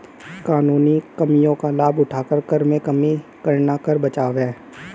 कानूनी कमियों का लाभ उठाकर कर में कमी करना कर बचाव है